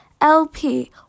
lp